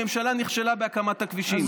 הממשלה נכשלה בהקמת הכבישים.